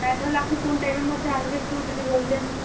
হ্যাঁ তাহলে আপনি কোন টাইমের মধ্যে আসবেন একটু যদি বলতেন